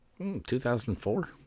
2004